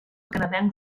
canadenc